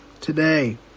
today